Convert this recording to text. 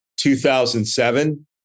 2007